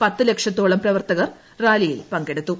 പത്ത് ലക്ഷത്തോളം പ്രവർത്തകർ റാലിയിൽ പ്പ്ങ്കെടുത്തു